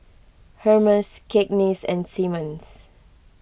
Hermes Cakenis and Simmons